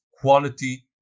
quality